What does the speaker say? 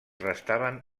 restaven